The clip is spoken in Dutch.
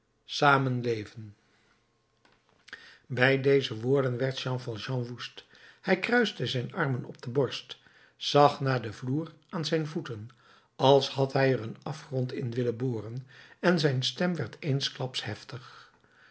bij deze woorden werd jean valjean woest hij kruiste zijn armen op de borst zag naar den vloer aan zijn voeten als had hij er een afgrond in willen boren en zijn stem werd eensklaps heftig